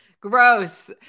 gross